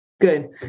Good